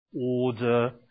order